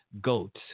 goats